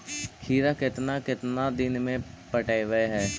खिरा केतना केतना दिन में पटैबए है?